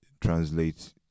translate